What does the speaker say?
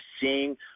seeing